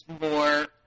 more